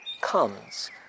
comes